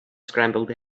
scrambled